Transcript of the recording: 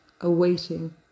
awaiting